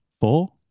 four